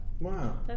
Wow